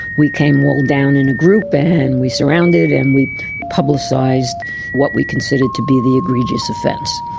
we came all down in a group and we surrounded and we publicised what we considered to be the egregious offence.